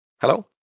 hello